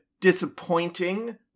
disappointing